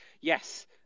yes